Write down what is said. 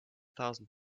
thousand